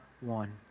one